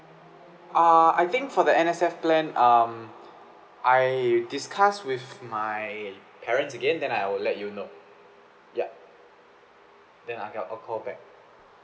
err I think for the N_S_F plan um I discuss with my parents again then I will let you know yup then I make I'll call back